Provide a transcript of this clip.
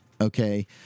okay